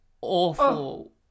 Awful